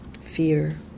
fear